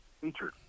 featured